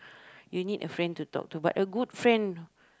you need a friend to talk to but a good friend who